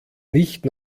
nicht